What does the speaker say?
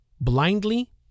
blindly